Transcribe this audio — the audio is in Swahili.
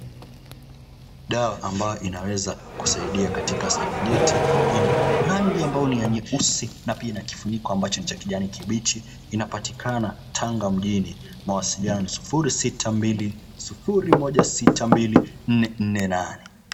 Dawa ambayo inaweza kusaidia katika sehemu nyeti, ina rangi ambayo ni ya nyeusi na pia ina kifuniko ambacho ni cha kijani kibichi. Inapatikana Tanga mjini, mawasiliano 0620162448.